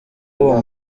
w’uwo